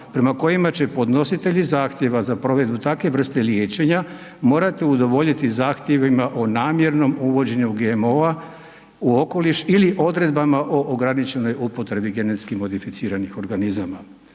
prema kojima će podnositelji zahtjeva za provedbu takve vrste liječenja morati udovoljiti zahtjevima o namjernom uvođenju GMO-a u okoliš ili odredbama o ograničenoj upotrebi GMO-a. Uvest će se također